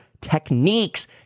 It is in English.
Techniques